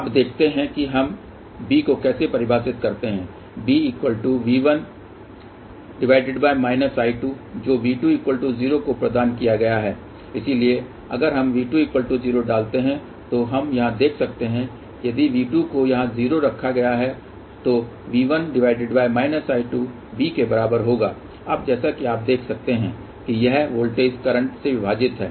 अब देखते हैं कि हम B को कैसे परिभाषित करते हैं BV1−I2 जो V20 पर प्रदान किया गया इसलिए अगर हम V20 डालते हैं तो हम यहाँ देख सकते हैं यदि V2 को यहाँ 0 रखा गया है तो V1−I2 B के बराबर होगा अब जैसा कि आप देख सकते हैं कि यह वोल्टेज करंट से विभाजित है